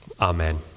Amen